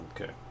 okay